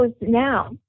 now